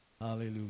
Hallelujah